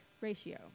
ratio